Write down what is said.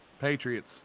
Patriots